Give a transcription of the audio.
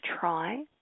try